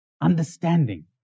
Understanding